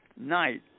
night